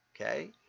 okay